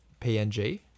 PNG